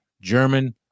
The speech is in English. German